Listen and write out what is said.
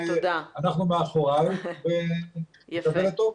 אנחנו מאחוריך ונקווה לטוב.